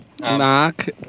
Mark